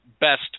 best